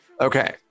okay